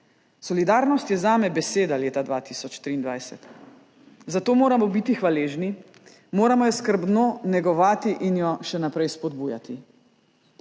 Solidarnost je zame beseda leta 2023. Za to moramo biti hvaležni. Moramo jo skrbno negovati in jo še naprej spodbujati.